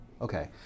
Okay